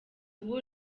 ubu